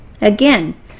Again